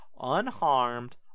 unharmed